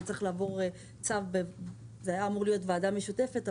זו הייתה אמורה להיות וועדה משותפת,